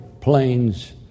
planes